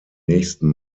nächsten